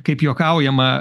kaip juokaujama